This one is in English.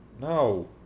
No